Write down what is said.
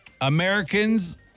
Americans